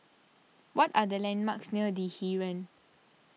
what are the landmarks near the Heeren